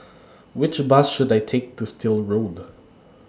Which Bus should I Take to Still Road